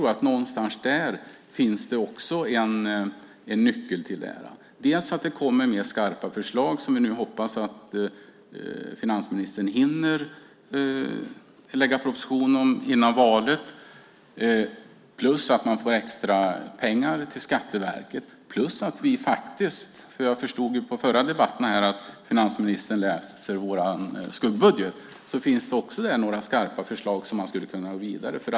Någonstans där finns också en nyckel till det här. Det kommer mer skarpa förslag, som vi nu hoppas att finansministern hinner lägga fram proposition om före valet. Dessutom får man extra pengar till Skatteverket. Jag förstod i förra debatten att finansministern läst vår skuggbudget. Där finns också några skarpa förslag som man skulle kunna gå vidare med.